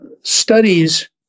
studies